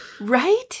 Right